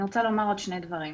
אני רוצה לומר עוד שני דברים.